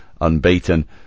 unbeaten